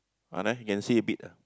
ah there can see a bit ah